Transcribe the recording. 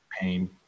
Pain